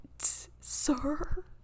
sir